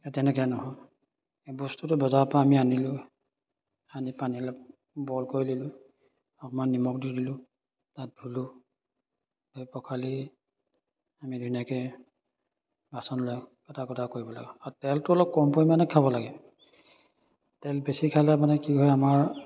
তেনেকৈ নহয় এই বস্তুটো বজাৰৰ পৰা আমি আনিলোঁ আনি পানী অলপ বইল কৰি দিলোঁ অকণমান নিমখ দি দিলোঁ তাত ধুলোঁ ধুই পখালি আমি ধুনীয়াকৈ বাচন লৈ কটা কটা কৰিব লাগে আৰু তেলটো অলপ কম পৰিমাণে খাব লাগে তেল বেছি খালে মানে কি হয় আমাৰ